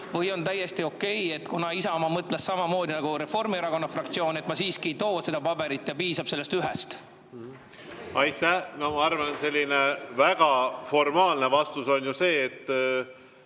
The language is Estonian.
või on täiesti okei, kuna Isamaa mõtles samamoodi nagu Reformierakonna fraktsioon, et ma siiski ei too seda paberit ja piisab sellest ühest. Aitäh! No ma arvan, et selline väga formaalne vastus on ju see, et